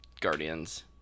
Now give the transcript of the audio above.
Guardians